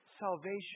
Salvation